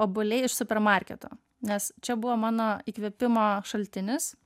obuoliai iš supermarketo nes čia buvo mano įkvėpimo šaltinis